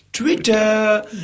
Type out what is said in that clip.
Twitter